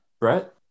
Brett